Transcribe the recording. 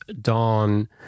Dawn